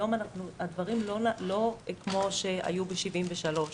היום הדברים הם לא כפי שהיו ב-1973.